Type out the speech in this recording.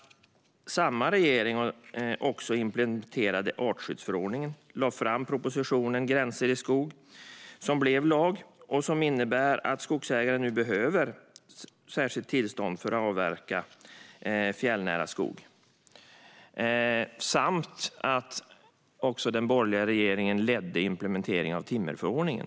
Samma regering implementerade också artskyddsförordningen och lade fram propositionen Gränser i skog , som blev lag och som innebär att skogsägare nu behöver särskilt tillstånd för att avverka fjällnära skog. Den borgerliga regeringen ledde också implementeringen av timmerförordningen.